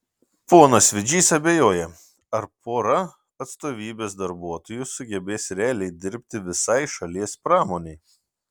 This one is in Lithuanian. ponas vidžys abejoja ar pora atstovybės darbuotojų sugebės realiai dirbti visai šalies pramonei